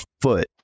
foot